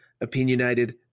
opinionated